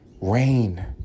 rain